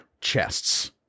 chests